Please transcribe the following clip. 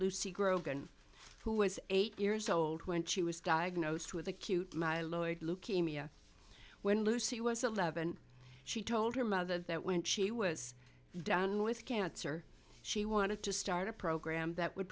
lucy grogan who was eight years old when she was diagnosed with acute myeloid leukemia when lucy was eleven she told her mother that when she was done with cancer she wanted to start a program